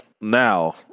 Now